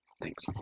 thanks.